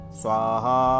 swaha